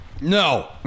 No